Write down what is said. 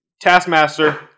Taskmaster